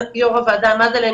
יו"ר הוועדה עמד עליהם,